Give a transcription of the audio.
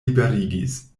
liberigis